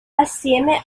assieme